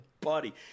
buddy